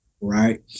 right